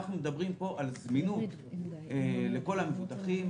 פה אנחנו מדברים על זמינות לכל המבוטחים,